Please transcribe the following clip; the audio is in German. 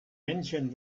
männchen